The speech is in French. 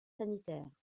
sanitaires